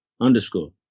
underscore